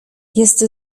jest